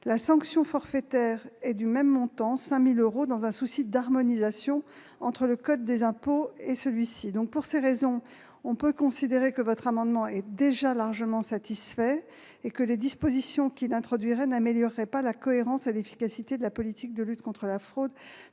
La sanction forfaitaire est du même montant- 5 000 euros -, dans un souci d'harmonisation avec le code général des impôts. Pour ces raisons, on peut considérer que votre amendement est déjà largement satisfait et que ses dispositions n'amélioreraient pas la cohérence et l'efficacité de la politique de lutte contre la fraude.